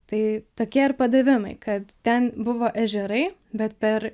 tai tokie ir padavimai kad ten buvo ežerai bet per